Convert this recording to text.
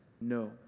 no